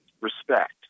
respect